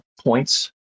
points